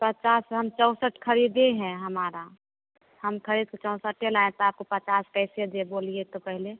पचास हम चौंसठ खरीदे हैं हमारा हम खरीद के चौसटे लाए तो आपको पचास कैसे दें बोलिए तो पहले